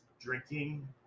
drinking